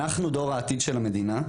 אנחנו דור העתיד של המדינה,